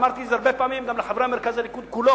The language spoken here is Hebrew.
אמרתי את זה הרבה פעמים גם לחברי מרכז הליכוד כולו,